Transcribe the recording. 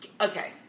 Okay